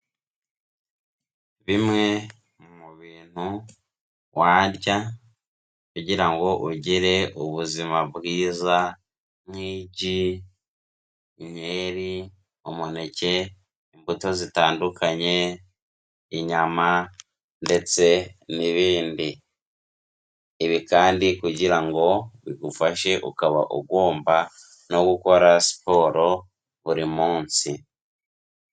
Bimwe mu bintu warya kugira ngo ugire ubuzima bwiza nk'igi, inkeri, umuneke, imbuto zitandukanye, inyama ndetse n'ibindi, ibi kandi kugira ngo bigufashe ukaba ugomba no gukora siporo buri munsi.